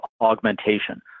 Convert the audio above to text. augmentation